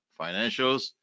financials